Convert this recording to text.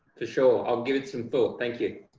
for sure i'll give it some thought thank you.